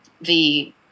the-